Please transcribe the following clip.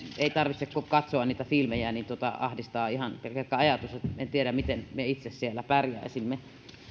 ei tarvitse kuin katsoa niitä filmejä niin ahdistaa ihan pelkkä ajatus en tiedä miten me itse siellä pärjäisimme